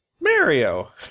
Mario